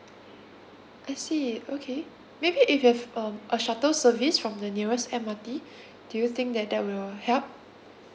I see okay maybe if we have um a shuttle service from the nearest M_R_T do you think that that will help